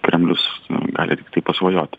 kremlius gali tiktai pasvajoti